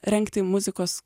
rengti muzikos